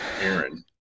Aaron